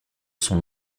son